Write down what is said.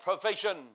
provision